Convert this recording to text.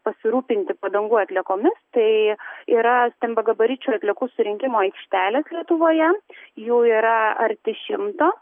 pasirūpinti padangų atliekomis tai yra stambiagabaričių atliekų surinkimo aikštelės lietuvoje jų yra arti šimto